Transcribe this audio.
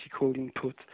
input